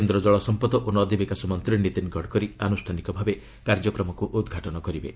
କେନ୍ଦ୍ର ଜଳସମ୍ପଦ ଓ ନଦୀ ବିକାଶ ମନ୍ତ୍ରୀ ନିତିନ୍ ଗଡକରୀ ଆନୁଷ୍ଠାନିକ ଭାବେ କାର୍ଯ୍ୟକ୍ରମକୁ ଉଦ୍ଘାଟନ କରିବେ